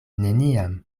neniam